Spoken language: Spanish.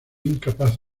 incapaz